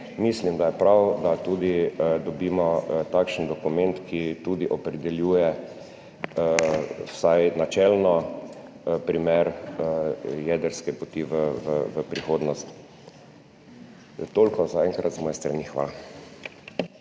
mislim, da je prav, da dobimo tudi takšen dokument, ki opredeljuje vsaj načelno primer jedrske poti v prihodnost. Toliko zaenkrat z moje strani. Hvala.